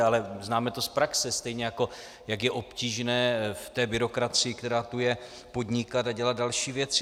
Ale známe to z praxe, stejně jako to, jak je obtížné v té byrokracii, která tu je, podnikat a dělat další věci.